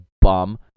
bum